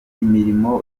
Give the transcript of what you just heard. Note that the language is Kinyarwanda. imirimo